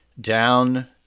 down